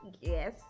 yes